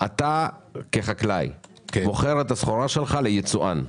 אתה כחקלאי מוכר את הסחורה שלך ליצואן?